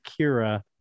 kira